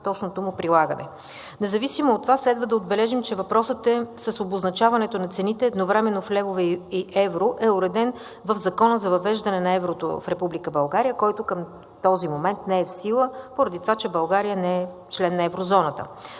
точното му прилагане. Независимо от това следва да отбележим, че въпросът с обозначаването на цените едновременно в левове и евро е уреден в Закона за въвеждане на еврото в Република България, който към този момент не е в сила поради това, че България не е член на еврозоната.